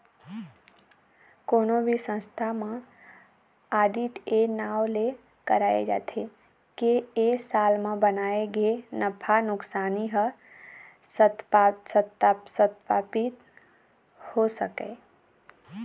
कोनो भी संस्था म आडिट ए नांव ले कराए जाथे के ए साल म बनाए गे नफा नुकसानी ह सत्पापित हो सकय